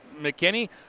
McKinney